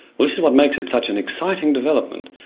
well, this is what makes it such an exciting development,